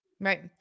Right